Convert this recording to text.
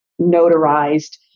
notarized